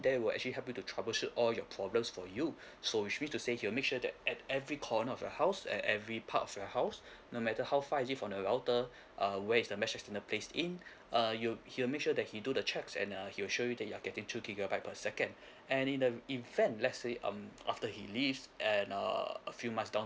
there will actually help you to troubleshoot all your problems for you so which mean to say he'll make sure that at every corner of your house and at every part of your house no matter how far it is from the router uh where is the mesh has been uh placed in err he'll he'll make sure that he do the checks and uh he'll sure you that you're getting two gigabyte per second and in the event let's say um after he leaves and err a few months down